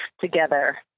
together